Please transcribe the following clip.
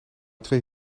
twee